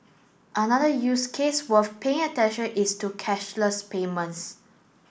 another use case worth paying attention is to cashless payments